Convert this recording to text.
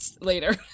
later